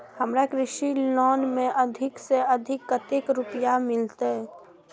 हमरा कृषि लोन में अधिक से अधिक कतेक रुपया मिलते?